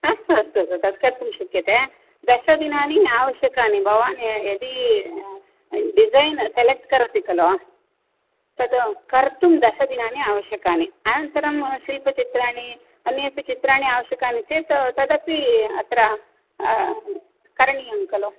अस्तु अस्तु तद् कर्तुं शक्यते दशदिनानि आवश्यकानि भवान् य् यदि डिज़ैन् सेलेक्ट् करोति खलु तद् कर्तुं दशदिनानि आवश्यकानि अनन्तरं शिल्पचित्राणि अन्येऽपि चित्राणि आवश्यकानि चेत् तदपि अत्र करणीयं खलु